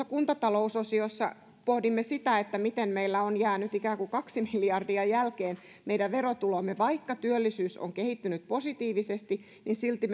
kuntatalousosiossa pohdimme miten meidän verotulomme ovat jääneet ikään kuin kaksi miljardia jälkeen vaikka työllisyys on kehittynyt positiivisesti silti